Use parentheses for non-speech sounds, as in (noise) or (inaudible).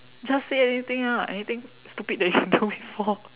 just say anything ah anything stupid that you do (breath) before